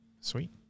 Sweet